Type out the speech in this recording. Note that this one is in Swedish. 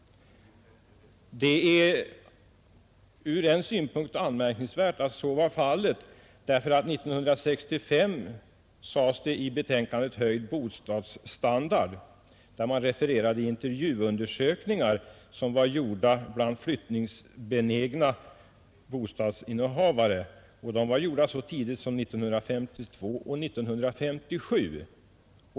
Det är ur en synpunkt anmärkningsvärt att så var fallet. I betänkandet Höjd bostadsstandard 1965 refererade man intervjuundersökningar som var gjorda bland flyttningsbenägna bostadsinnehavare. Dessa intervjuer var genomförda så tidigt som 1952 och 1957.